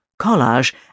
collage